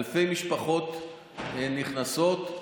אלפי משפחות נכנסות.